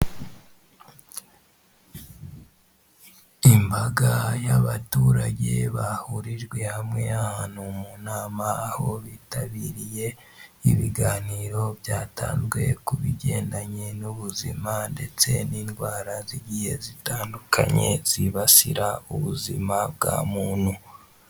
Imbaga y'abaturage bahurijwe hamwe y'ahantu mu nama, aho bitabiriye ibiganiro byatanzwe ku bigendanye n'ubuzima, ndetse n'indwara zigiye zitandukanye zibasira ubuzima bwa muntu.